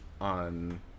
on